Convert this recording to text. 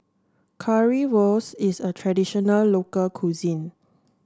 Currywurst is a traditional local cuisine